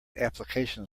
application